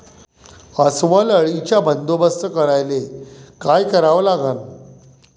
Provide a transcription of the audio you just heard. अस्वल अळीचा बंदोबस्त करायले काय करावे लागन?